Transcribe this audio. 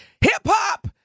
hip-hop